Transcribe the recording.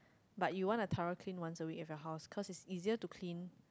but you want a tougher clean once a week in your house cause it's easier to clean